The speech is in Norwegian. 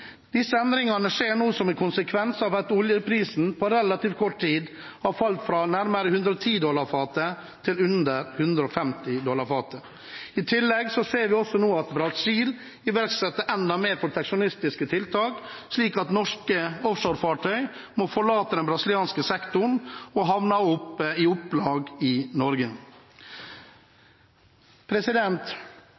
Disse endringene skjer som en konsekvens av at oljeprisen på relativt kort tid har falt fra nærmere 110 dollar fatet til under 50 dollar fatet. I tillegg ser vi at Brasil iverksetter enda flere proteksjonistiske tiltak, slik at norske offshorefartøy må forlate den brasilianske sektoren og havner i Norge, i opplag. Det er nettopp i